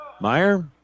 Meyer